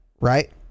right